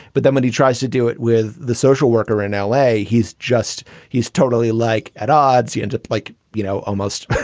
but then when he tries to do it with the social worker in l a, he's just he's totally like at odds. he ends up like, you know, almost